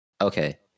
Okay